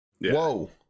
Whoa